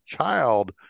child